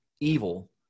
evil